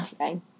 okay